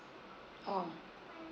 um